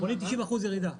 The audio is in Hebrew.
מ-90% ירידה.